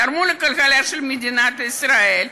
תרמו לכלכלה של מדינת ישראל,